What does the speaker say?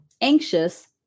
anxious